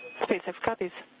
spacex copies.